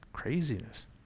Craziness